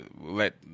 let